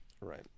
Right